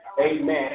Amen